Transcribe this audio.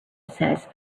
says